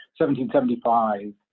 1775